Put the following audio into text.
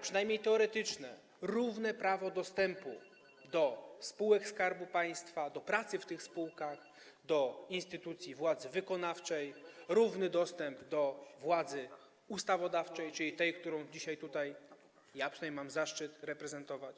przynajmniej teoretycznie, ma równe prawo dostępu do spółek Skarbu Państwa, do pracy w tych spółkach, do instytucji władzy wykonawczej, równy dostęp do władzy ustawodawczej, czyli tej, którą dzisiaj tutaj, ja przynajmniej, mamy zaszczyt reprezentować.